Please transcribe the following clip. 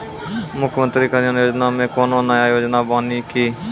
मुख्यमंत्री कल्याण योजना मे कोनो नया योजना बानी की?